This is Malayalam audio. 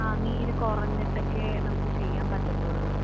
ആ നീര് കുറഞ്ഞിട്ടൊക്കെയെ നമുക്ക് ചെയ്യാൻ പറ്റത്തുള്ളൂ